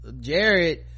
jared